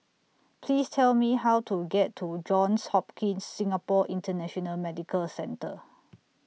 Please Tell Me How to get to Johns Hopkins Singapore International Medical Centre